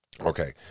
Okay